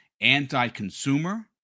anti-consumer